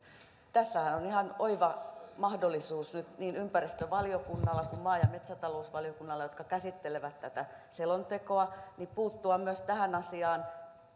tässähän on ihan oiva mahdollisuus nyt niin ympäristövaliokunnalla kuin maa ja metsätalousvaliokunnalla jotka käsittelevät tätä selontekoa puuttua myös tähän asiaan